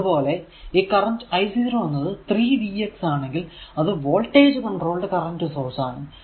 അതുപോലെ ഈ current i 0 എന്നത് 3 v x ആണെങ്കിൽ അത് വോൾടേജ് കൺട്രോൾഡ് കറന്റ് സോഴ്സ് ആണ്